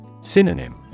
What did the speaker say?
Synonym